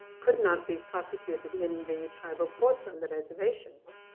could not be prosecuted in the tribal courts on the reservation.